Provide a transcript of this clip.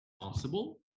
possible